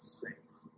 safe